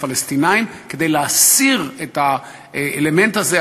הפלסטינים כדי להסיר את האלמנט הזה,